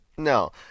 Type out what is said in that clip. No